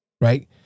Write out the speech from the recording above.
right